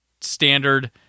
standard